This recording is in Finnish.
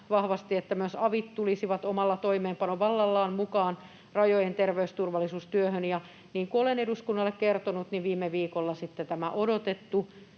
vahvasti, että myös avit tulisivat omalla toimeenpanovallallaan mukaan rajojen terveysturvallisuustyöhön, ja niin kuin olen eduskunnalle kertonut, viime viikolla sitten